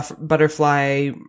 Butterfly